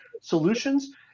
solutions